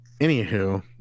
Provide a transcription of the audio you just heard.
Anywho